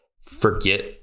forget